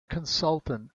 consultant